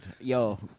Yo